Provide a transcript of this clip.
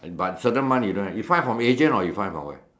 by certain month you don't have you find from agent or you find from where